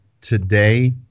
today